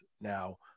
now